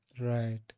Right